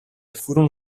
furono